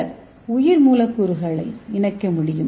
சில உயிர் மூலக்கூறுகளை இணைக்க முடியும்